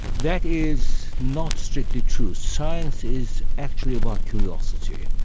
that is not strictly true science is actually about curiosity,